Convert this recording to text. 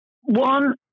One